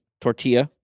tortilla